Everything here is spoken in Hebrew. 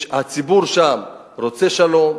הציבור שם רוצה שלום,